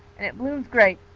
and it blooms great,